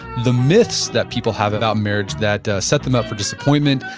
the myths that people have about marriage that set them up for disappointment,